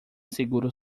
seguro